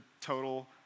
total